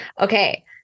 Okay